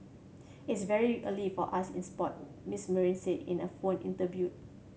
it's very early for us in sport Mister Marine said in a phone interview